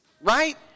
right